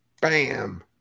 Bam